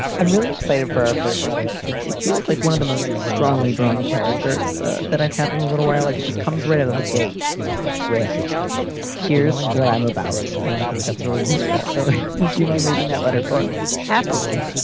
i'm really excited for our first letter. it it feels like one of the most strongly drawn characters that i've had in a little while. i like it just comes right out of the gate with here's what i'm about. and i think that's really useful. so would you mind reading that letter for us? happily,